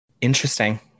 Interesting